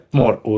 more